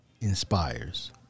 Inspires